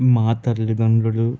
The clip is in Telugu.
మా తల్లిదండ్రులు